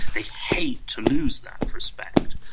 they hate to lose that respect.